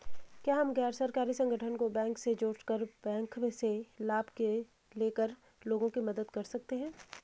क्या हम गैर सरकारी संगठन को बैंक से जोड़ कर बैंक से लाभ ले कर लोगों की मदद कर सकते हैं?